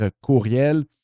courriel